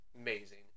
amazing